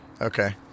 Okay